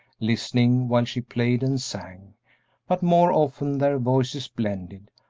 listening while she played and sang but more often their voices blended,